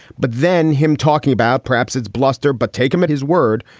but then him talking about perhaps it's bluster, but take him at his word.